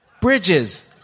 Bridges